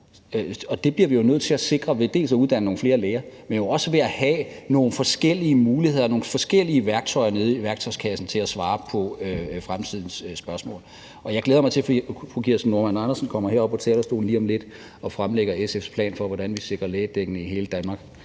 der ikke er lægedækning – dels at uddanne nogle flere læger, dels at have nogle forskellige muligheder, nogle forskellige værktøjer nede i værktøjskassen til at svare på fremtidens spørgsmål. Jeg glæder mig til, at fru Kirsten Normann Andersen kommer herop på talerstolen lige om lidt og fremlægger SF's plan for, hvordan vi sikrer lægedækning i hele Danmark.